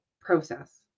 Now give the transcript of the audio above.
process